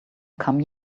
come